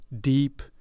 deep